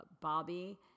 Bobby